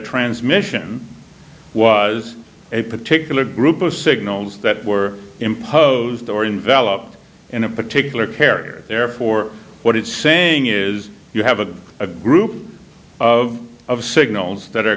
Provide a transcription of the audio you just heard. transmission was a particular group of signals that were imposed or envelop in a particular carrier therefore what it's saying is you have a a group of of signals that are